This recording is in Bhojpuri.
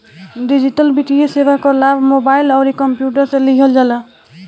डिजिटल वित्तीय सेवा कअ लाभ मोबाइल अउरी कंप्यूटर से लिहल जाला